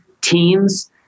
teams